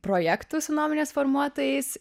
projektų su nuomonės formuotojais